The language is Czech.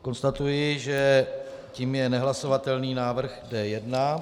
Konstatuji, že tím je nehlasovatelný návrh D1.